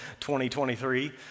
2023